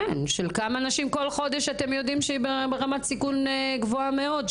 של כמה נשים כל חודש אתם יודעים שהן ברמת סיכון גבוהה מאוד,